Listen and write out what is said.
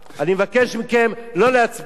אני מבקש מכם לא להצביע.